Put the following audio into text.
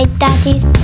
daddy's